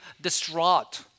distraught